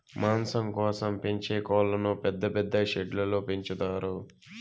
మాంసం కోసం పెంచే కోళ్ళను పెద్ద పెద్ద షెడ్లలో పెంచుతారు